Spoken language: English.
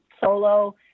solo